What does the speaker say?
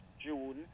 June